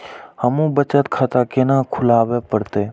हमू बचत खाता केना खुलाबे परतें?